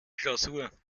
klausur